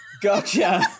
Gotcha